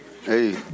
Hey